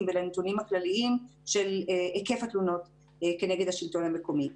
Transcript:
ולנתונים הכלליים של היקף התלונות כנגד השלטון המקומי.